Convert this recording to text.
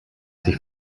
sich